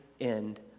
end